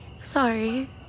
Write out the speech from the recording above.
Sorry